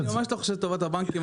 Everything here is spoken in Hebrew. אני ממש לא חושב לטובת הבנקים,